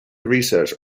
research